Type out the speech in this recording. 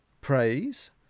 praise